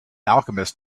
alchemist